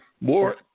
more